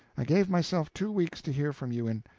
i gave myself two weeks to hear from you in.